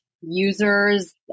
Users